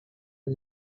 and